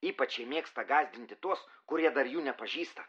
ypač jie mėgsta gąsdinti tuos kurie dar jų nepažįsta